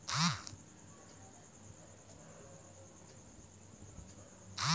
Gas অফিসটি বন্ধ আছে আমি অনলাইনের মাধ্যমে কিভাবে গ্যাস বুকিং করব?